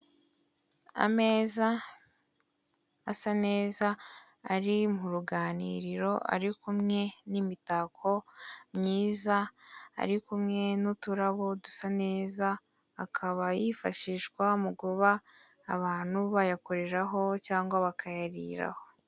Ameza asa neza, ari mu ruganiriro, ari kumwe n'imitako myiza, ari kumwe n'uturabo dusa neza, akaba yifashishwa mu kuba abantu bayakoreraho cyangwa bakayariraraho.